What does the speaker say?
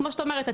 כמו שאת אומרת,